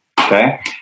Okay